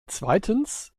zweitens